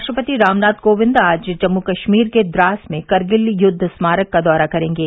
राष्ट्रपति रामनाथ कोविंद आज जम्मू कस्मीर के द्रास में करगिल युद्व स्मारक का दौरा करेंगे